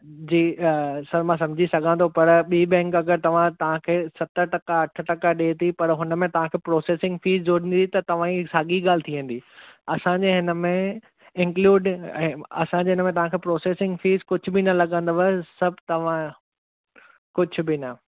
जी sir मां सम्झी सघां थो पर ॿी बैंक अगरि तव्हां तव्हां खे सत टका अठ टका ॾे थी पर हुन में तव्हां खे प्रोसेसिंग फ़ीस जुड़ंदी त तव्हां जी साॻी ॻाल्हि थी वेंदी असांजे हिन में इंक्लूड आहे असांखे हिन में तव्हां खे प्रोसेसिंग फ़ीस कुझु बि न लॻंदव सभु तव्हां कुझु बि न